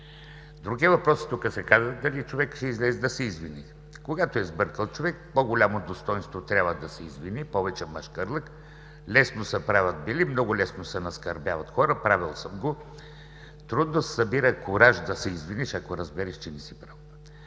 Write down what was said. Друг е въпросът и тук се каза – дали човекът ще излезе да се извини. Когато е сбъркал човек, много голямо достойнство трябва да се извини, повече мъжкарлък. Лесно се правят бели, много лесно се наскърбяват хора, правил съм го. Трудно се събира кураж да се извиниш, ако разбереш, че не си прав.